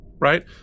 Right